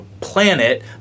planet